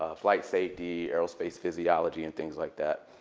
ah flight safety, aerospace physiology, and things like that.